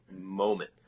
moment